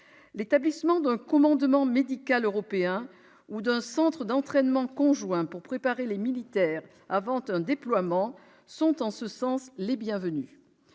l'établissement d'un commandement médical européen ou la création d'un centre d'entraînement conjoint pour préparer les militaires avant un déploiement sont les bienvenus.